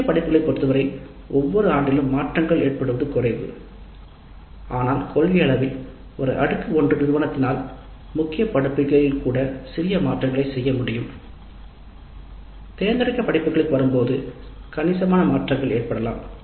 முக்கிய படிப்புகளைப் பொறுத்தவரை ஒவ்வொன்றிலும் மாற்றங்கள் ஏற்படுவது குறைவு ஆனால் கொள்கையளவில் ஒரு அடுக்கு I நிறுவனத்தில் சிறிய மாற்றங்களைச் செய்ய முடியும் தேர்ந்தெடுக்கப்பட்ட படிப்புகளுக்கு வரும்போது கணிசமான மாற்றங்கள் ஏற்படலாம்